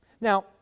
now